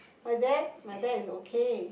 my dad my dad is okay